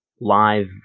live